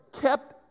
kept